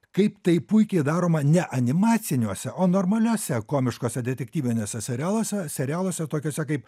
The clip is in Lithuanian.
kaip tai puikiai daroma ne animaciniuose o normaliuose komiškuose detektyviniuose serialuose serialuose tokiuose kaip